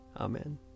Amen